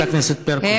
תודה, חברת הכנסת ברקו.